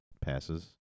passes